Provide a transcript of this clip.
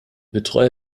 betreuer